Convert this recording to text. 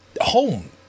home